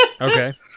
Okay